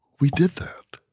we did that.